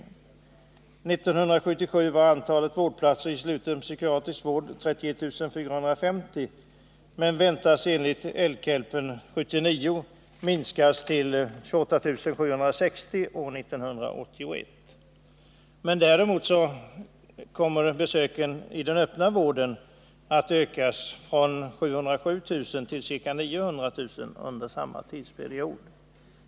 1977 var antalet vårdplatser i sluten psykiatrisk vård 31 450 men väntas enligt LKELP 79 till år 1981 minska till 28 760. Däremot kommer besöken i den öppna vården att öka från 707 000 till ca 900 000 under samma tidsperiod.